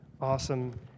awesome